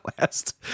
last